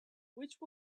which